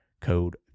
code